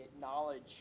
knowledge